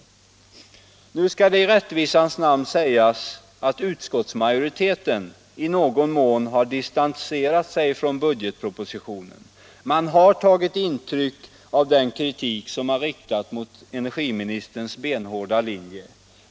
Nu skall det i rättvisans namn sägas att utskottsmajoriteten i någon mån har distanserat sig från budgetpropositionen. Utskottet har tagit intryck av den kritik som har riktats mot energiministerns benhårda linje.